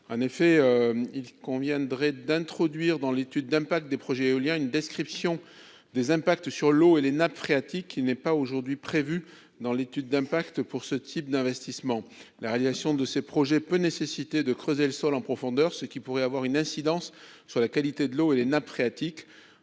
En effet, il convient d'introduire dans l'étude d'impact des projets éoliens une description de leurs conséquences sur l'eau et les nappes phréatiques, ce qui n'est pas prévu pour ce type d'investissement. La réalisation de ces projets peut nécessiter de creuser le sol en profondeur, ce qui pourrait avoir une incidence sur la qualité de l'eau et les nappes phréatiques.